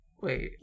Wait